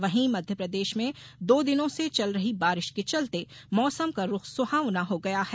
वहीं मध्यप्रदेश में दो दिनों से चल रही बारिश के चलते मौसम का रूख सुहावना हो गया है